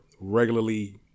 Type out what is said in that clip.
regularly